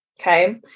Okay